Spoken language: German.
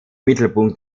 mittelpunkt